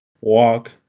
walk